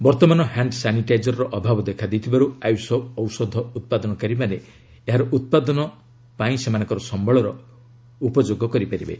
ବର୍ତ୍ତମାନ ହାଣ୍ଡ ସାନିଟାଜରର ଅଭାବ ଦେଖାଦେଇଥିବାରୁ ଆୟୁଷ ଔଷଧ ଉତ୍ପାଦନକାରୀମାନେ ଏହାର ଉତ୍ପାଦନ ପାଇଁ ସେମାନଙ୍କର ସମ୍ଭଳର ଉପଯୋଗ କରିପାରିବେ